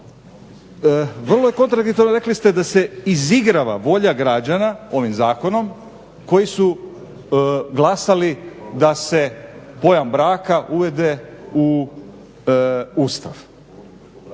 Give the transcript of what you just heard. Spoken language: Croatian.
Vrlo je kontradiktorno, rekli ste da se izigrava volja građana ovim Zakonom koji su glasali da se pojam braka uvede u Ustav.